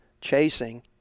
chasing